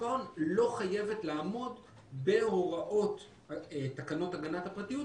ההון לא חייבת לעמוד בהוראות תקנות הגנת הפרטיות,